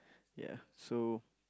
ya so